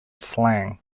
slang